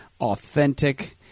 authentic